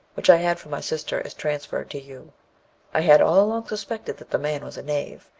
which i had for my sister is transferred to you i had all along suspected that the man was a knave,